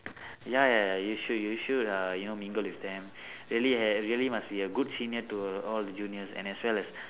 ya ya ya you should you should uh you know mingle with them really uh really must be a good senior to all the juniors and as well as